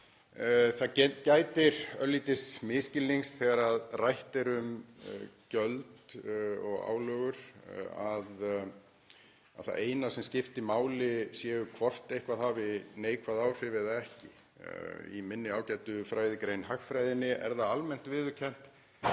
Það gætir örlítils misskilnings þegar rætt er um gjöld og álögur, að það eina sem skipti máli sé hvort eitthvað hafi neikvæð áhrif eða ekki. Í minni ágætu fræðigrein hagfræðinni er það almennt viðurkennt,